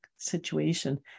situation